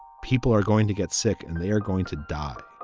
people are going to get sick and they are going to die